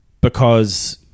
because-